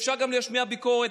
הרשימה המשותפת,